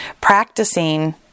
practicing